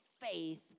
faith